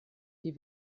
die